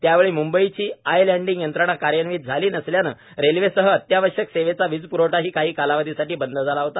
त्यावेळी म्ंबईची आयलँडिंग यंत्रणा कार्यान्वित झाली नसल्याने रेल्वेसह अत्यावश्यक सेवेचा वीजप्रवठाही काही कालावधीसाठी बंद झाला होता